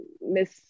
miss